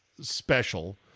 special